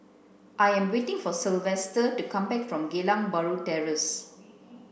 I am waiting for Silvester to come back from Geylang Bahru Terrace